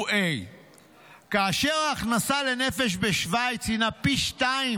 הוא A. ההכנסה לנפש שם היא פי-שניים